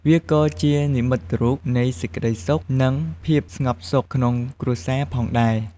វាក៏ជានិមិត្តរូបនៃ សេចក្តីសុខ និង ភាពស្ងប់សុខ ក្នុងគ្រួសារផងដែរ។